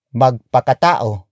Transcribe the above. magpakatao